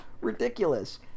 ridiculous